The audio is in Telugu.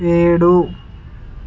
ఏడు